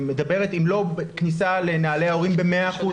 אם לא כניסה לנעלי ההורים ב-100%,